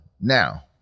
now